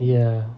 ya